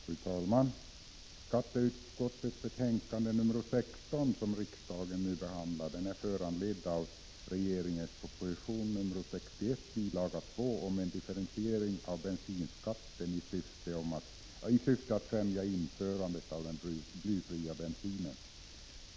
Fru talman! Skatteutskottets betänkande nr 16, som riksdagen nu behandlar, är föranlett av regeringens proposition nr 61, bil. 2, om en differentiering av bensinskatten i syfte att främja införandet av den blyfria bensinen.